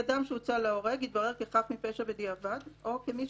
כי אדם שהוצא להורג יתברר כחף מפשע בדיעבד או כמי